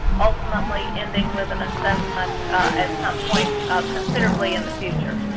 ultimately ending with an assessment at some point considerably in the future.